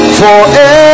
forever